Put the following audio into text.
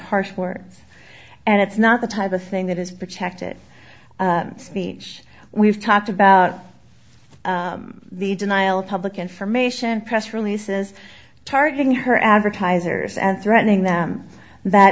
harsh words and it's not the type of thing that is protected speech we've talked about the denial public information press releases targeting her advertisers and threatening them that